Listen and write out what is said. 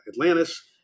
Atlantis